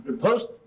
post